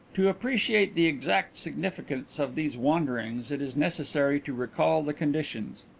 to appreciate the exact significance of these wanderings it is necessary to recall the conditions.